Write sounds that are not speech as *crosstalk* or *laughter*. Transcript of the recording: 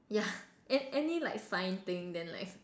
ya and any like sign thing then like *laughs*